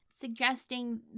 suggesting